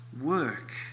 work